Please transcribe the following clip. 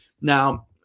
Now